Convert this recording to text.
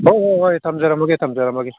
ꯍꯣꯏ ꯍꯣꯏ ꯍꯣꯏ ꯊꯝꯖꯔꯝꯃꯒꯦ ꯊꯝꯖꯔꯝꯃꯒꯦ